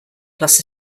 plus